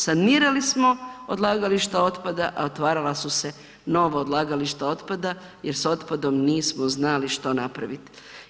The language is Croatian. Sanirali smo odlagališta otpada, a otvarala su se nova odlagališta otpada jer s otpadom nismo znali što napraviti.